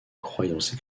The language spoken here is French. croyance